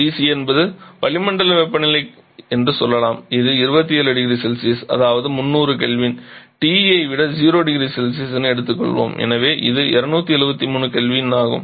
TC என்பது வளிமண்டல வெப்பநிலை என்று சொல்லலாம் இது 27 0C அதாவது 300 K மற்றும் TE ஐ 0 0C என எடுத்துக் கொள்வோம் எனவே இது 273 K ஆகும்